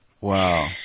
Wow